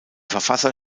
verfasser